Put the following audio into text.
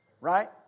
Right